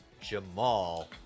Jamal